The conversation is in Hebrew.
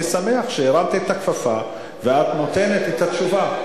אני שמח שהרמת את הכפפה ואת נותנת את התשובה.